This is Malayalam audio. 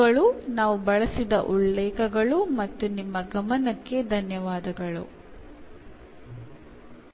നമ്മളിവിടെ ഉപയോഗിച്ച റഫറൻസുകൾ ഇവയാണ് നിങ്ങളുടെ ശ്രദ്ധയ്ക്ക് നന്ദി